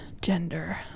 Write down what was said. gender